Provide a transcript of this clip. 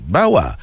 Bawa